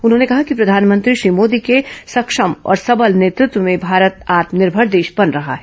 उन्होंने कहा कि प्रधानमंत्री श्री मोदी के सक्षम और सबल नेतृत्व में भारत आत्मनिर्भर देश बन रहा है